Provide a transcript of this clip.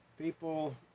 People